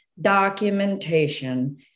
documentation